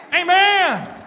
Amen